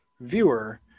viewer